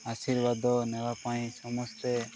ଆଶୀର୍ବାଦ ନେବା ପାଇଁ ସମସ୍ତେ